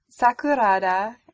Sakurada